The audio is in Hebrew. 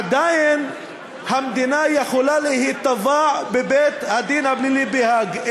עדיין המדינה יכולה להיתבע בבית-הדין הפלילי בהאג.